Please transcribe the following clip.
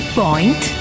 point